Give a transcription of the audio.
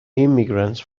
immigrants